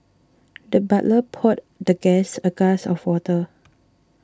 the butler poured the guest a glass of water